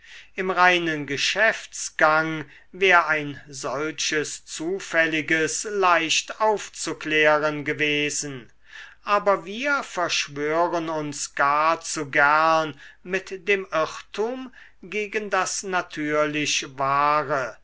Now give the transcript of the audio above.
im reinen geschäftsgang wär ein solches zufälliges leicht aufzuklären gewesen aber wir verschwören uns gar zu gern mit dem irrtum gegen das natürlichwahre